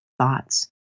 thoughts